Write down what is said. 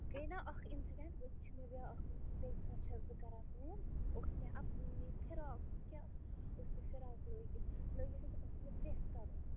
گٔے نا اَکھ اِنسیٖڈنٛٹ وُنہِ چھُ مےٚ بیٛاکھ بیٚیہِ ساتہٕ چھَس بہٕ کَران کٲم اوس مےٚ اکھ فِراکھ کیٛاہ اوس مےٚ فِراکھ لٲگِتھ لٲگِتھ ہا کہِ تَتھ اوس مےٚ پرٛٮ۪س کَرُن